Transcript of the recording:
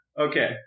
Okay